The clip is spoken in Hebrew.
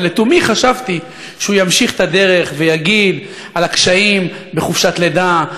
ולתומי חשבתי שהוא ימשיך את הדרך וידבר על הקשיים בחופשת לידה,